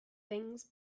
things